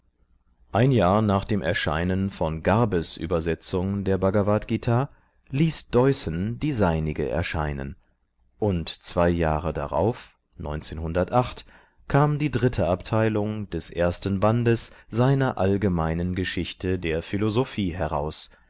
ein jahr nach dem erscheinen von garbes übersetzung der bhagavadgt ließ deussen die seinige erscheinen und zwei jahre darauf kam die dritte abteilung des ersten bandes seiner allgemeinen geschichte der philosophie heraus